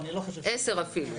אפילו עשר.